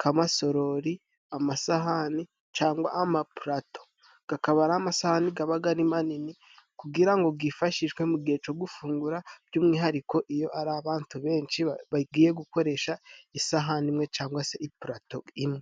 kamasorori ,amasahani cangwa ama pulato gakaba ari amasahani gabaga Ari manini kugira ngo gifashishwe mu gihe co gufungura by'umwihariko iyo ari abantu benshi bagiye gukoresha isahani imwe cangwa se ipalato imwe.